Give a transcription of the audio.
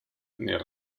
nel